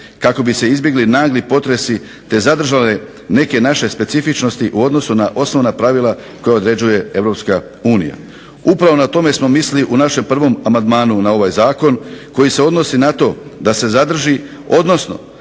kako bi se izbjegli nagli potresi te zadržale neke naše specifičnosti u odnosu na osnovna pravila koja određuje Europska unija. Upravo na tome smo mislili u našem prvom amandmanu na ovaj zakon, koji se odnosi na to da se zadrži, odnosno